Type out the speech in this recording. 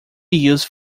use